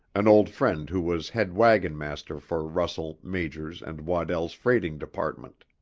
an old friend who was head wagon-master for russell, majors, and waddell's freighting department.